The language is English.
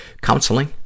counseling